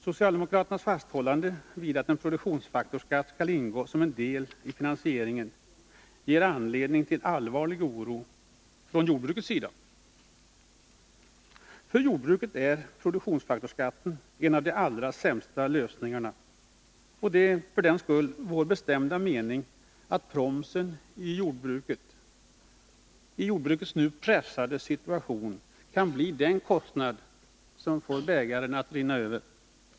Socialdemokraternas fasthållande vid att en produktionsfaktorsskatt skall ingå som en del i finansieringen ger anledning till allvarlig oro från jordbrukets sida. För jordbruket är produktionsfaktorsskatt en av de allra sämsta lösningarna. Det är vår bestämda mening att promsen i jordbrukets f. n. pressade situation kan bli den kostnad som får bägaren att rinna över.